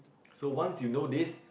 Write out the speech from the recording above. so once you know this